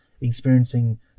experiencing